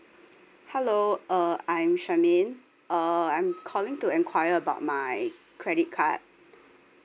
hello uh I am charmaine uh I'm calling to enquire about my credit card